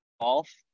golf